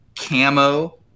camo